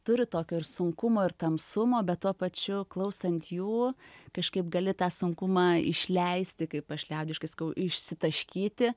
turi tokio ir sunkumo ir tamsumo bet tuo pačiu klausant jų kažkaip gali tą sunkumą išleisti kaip aš liaudiškai sakau išsitaškyti